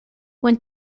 went